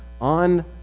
on